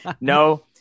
no